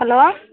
hello